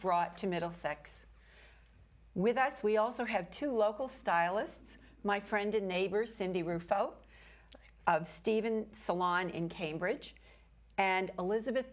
brought to middlesex with that we also have two local stylists my friend and neighbor cindy rufo steven salon in cambridge and elizabeth